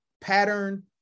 pattern